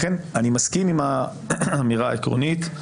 אני מסכים עם האמירה העקרונית,